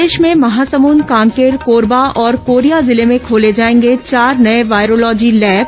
प्रदेश में महासमुंद कांकेर कोरबा और कोरिया जिले में खोले जाएंगे चार नये वायरोलॉजी लैब